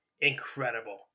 incredible